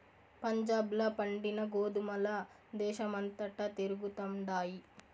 పంజాబ్ ల పండిన గోధుమల దేశమంతటా తిరుగుతండాయి